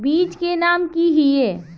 बीज के नाम की हिये?